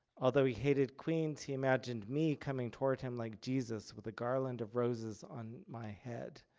although he hated queens, he imagined me coming toward him like jesus with a garland of roses on my head.